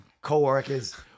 coworkers